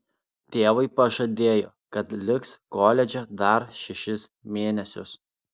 tėvui pažadėjo kad liks koledže dar šešis mėnesius